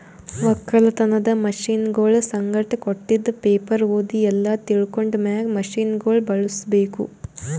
ಒಕ್ಕಲತನದ್ ಮಷೀನಗೊಳ್ ಸಂಗಟ್ ಕೊಟ್ಟಿದ್ ಪೇಪರ್ ಓದಿ ಎಲ್ಲಾ ತಿಳ್ಕೊಂಡ ಮ್ಯಾಗ್ ಮಷೀನಗೊಳ್ ಬಳುಸ್ ಬೇಕು